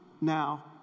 now